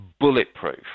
bulletproof